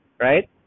right